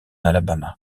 alabama